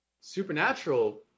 supernatural